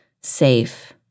safe